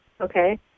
Okay